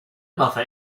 mother